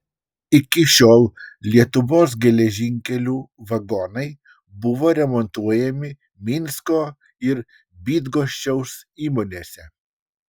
iki šiol lietuvos geležinkelių vagonai buvo remontuojami minsko ir bydgoščiaus įmonėse